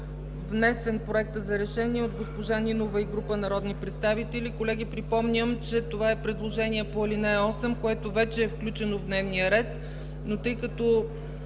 решение е внесен от госпожа Нинова и група народни представители. Колеги, припомням, че това е предложение по ал. 8, което вече е включено в дневния ред, но тъй като